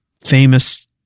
famous